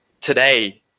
today